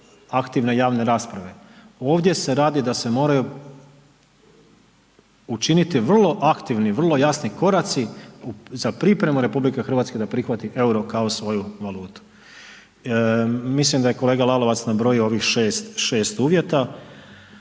aktivne javne rasprave, ovdje se radi da se moraju učiniti vrlo aktivni i vrlo jasni koraci za pripremu RH da prihvati euro kao svoju valutu. Mislim da je kolega Lalovac nabrojio ovih 6 uvjeta.